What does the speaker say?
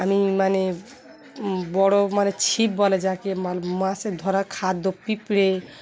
আমি মানে বড়ো মানে ছিপ বলে যাকে মাল মাছে ধরা খাদ্য পিঁপড়ে